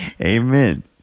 Amen